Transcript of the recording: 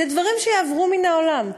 אלה דברים שיעברו מן העולם.